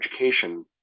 education